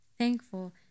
thankful